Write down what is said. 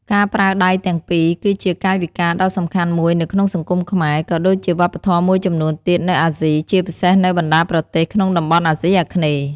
ការប្រើដៃទាំងពីរ គឺជាកាយវិការដ៏សំខាន់មួយនៅក្នុងសង្គមខ្មែរ ក៏ដូចជាវប្បធម៌មួយចំនួនទៀតនៅអាស៊ី ជាពិសេសនៅបណ្តាប្រទេសក្នុងតំបន់អាស៊ីអាគ្នេយ៍។